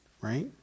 right